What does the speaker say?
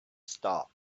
star